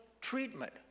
treatment